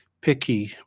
picky